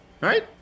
right